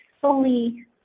fully